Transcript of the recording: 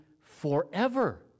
forever